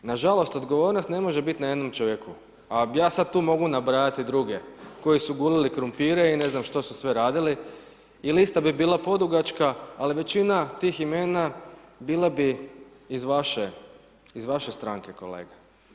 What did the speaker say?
Nažalost, odgovornost ne može biti na jednom čovjeku, a ja tu sad mogu nabrajati druge, koji su gulili krumpire i ne znam što su sve radili, i lista bi bila podugačka, ali većina tih imena, bila bi iz vaše, iz vaše stranke kolega.